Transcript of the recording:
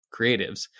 creatives